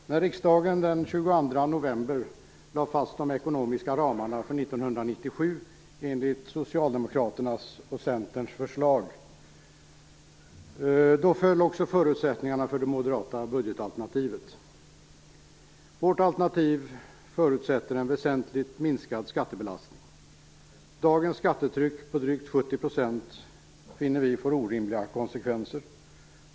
Fru talman! När riksdagen den 22 november lade fast de ekonomiska ramarna för 1997 enligt Socialdemokraternas och Centerns förslag föll också förutsättningarna för det moderata budgetalternativet. Vårt alternativ förutsätter en väsentligt minskad skattebelastning. Dagens skattetryck, på drygt 70 %, får orimliga konsekvenser.